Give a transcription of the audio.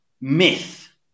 myth